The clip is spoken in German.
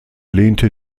lehnte